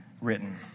written